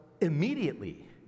immediately